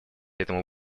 этому